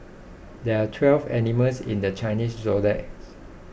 there are twelve animals in the Chinese zodiac's